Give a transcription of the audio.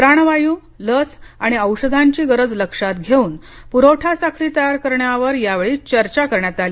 प्राणवायू लस आणि औषधांची गरज लक्षात घेउन प्रवठा साखळी तयार करण्यावर यावेळी चर्चा झाले